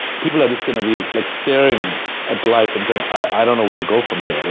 people are just gonna be like staring at life and saying, i don't know where to go from here, ah